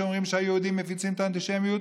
שאומרים שהיהודים מפיצים את האנטישמיות,